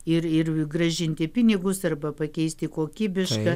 ir ir grąžinti pinigus arba pakeist į kokybišką